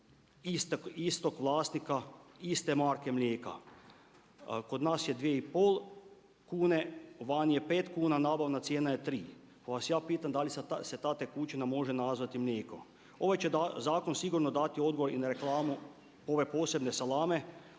istog vlasnika, iste marke mlijeka. Kod nas je dvije i pol kune, vani je pet kuna nabavna cijena je tri, pa vas ja pitam da li se ta tekućina može nazvati mlijekom? Ovaj će zakon sigurno dati odgovor i na reklamu ove posebne salame